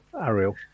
Ariel